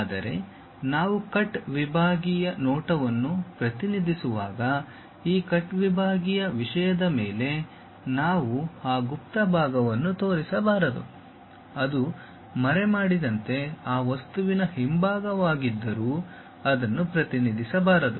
ಆದರೆ ನಾವು ಕಟ್ ವಿಭಾಗೀಯ ನೋಟವನ್ನು ಪ್ರತಿನಿಧಿಸುವಾಗ ಈ ಕಟ್ ವಿಭಾಗೀಯ ವಿಷಯದ ಮೇಲೆ ನಾವು ಆ ಗುಪ್ತ ಭಾಗವನ್ನು ತೋರಿಸಬಾರದು ಅದು ಮರೆಮಾಡಿದಂತೆ ಆ ವಸ್ತುವಿನ ಹಿಂಭಾಗವಾಗಿದ್ದರೂ ಅದನ್ನು ಪ್ರತಿನಿಧಿಸಬಾರದು